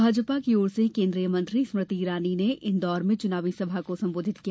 भाजपा की ओर से केन्द्रीय मंत्री स्मृति ईरानी ने इन्दौर में चुनावी सभा को संबोधित किया